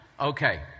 Okay